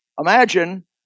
Imagine